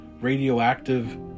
radioactive